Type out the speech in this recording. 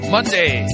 Monday